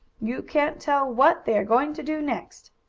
you can't tell what they are going to do next.